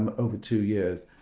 um over two years,